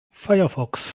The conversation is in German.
firefox